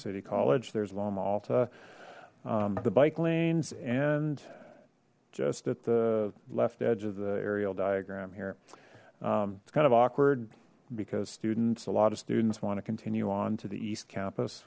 city college there's low malta the bike lanes and just at the left edge of the aerial diagram here it's kind of awkward because students a lot of students want to continue on to the east campus